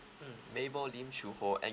mm mabel lim choo hong